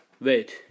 Wait